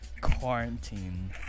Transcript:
quarantine